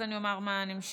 ואז אני אומר מה נמשך.